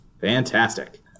Fantastic